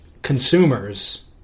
Consumers